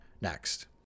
next